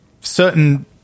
certain